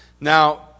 Now